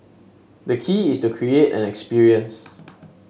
the key is to create an experience